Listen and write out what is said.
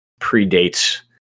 predates